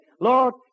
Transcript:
Lord